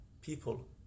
people